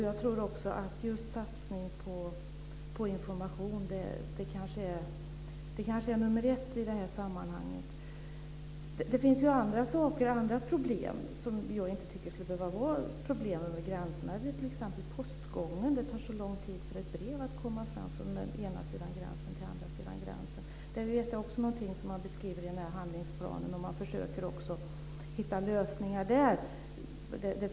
Jag tror också att just satsning på information kanske är nummer ett i det här sammanhanget. Det finns andra saker som utgör problem som jag inte tycker skulle behöva vara problem över gränserna. Det är t.ex. postgången. Det tar så lång tid för ett brev att komma fram från den ena sidan gränsen till den andra. Det vet jag också är någonting som man beskriver i handlingsplanen och som man försöker hitta lösningar på.